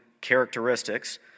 characteristics